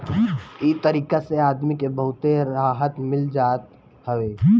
इ तरीका से आदमी के बहुते राहत मिल जात हवे